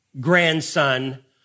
grandson